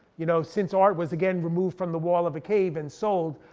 you know since art was, again, removed from the wall of a cave and sold.